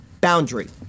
boundary